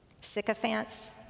Sycophants